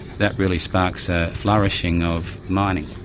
that really sparks a flourishing of mining.